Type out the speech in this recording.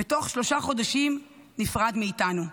ותוך שלושה חודשים נפרד מאיתנו.